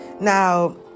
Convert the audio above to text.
Now